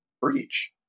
breach